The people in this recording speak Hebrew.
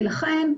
ולכן,